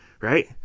right